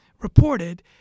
reported